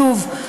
שוב,